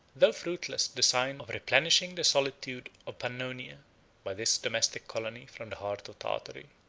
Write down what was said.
though fruitless, design of replenishing the solitude of pannonia by this domestic colony from the heart of tartary.